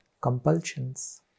compulsions